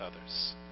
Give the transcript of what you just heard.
others